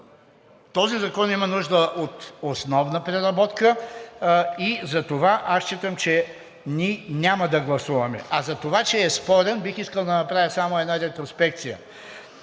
Този закон има нужда от основна преработка и затова считам, че ние няма да гласуваме, а за това, че е спорен, бих искал да направя само една ретроспекция.